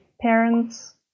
parents